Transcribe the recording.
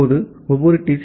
இப்போது ஒவ்வொரு டி